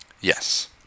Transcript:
Yes